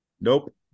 Nope